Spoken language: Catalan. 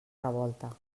revolta